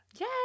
yay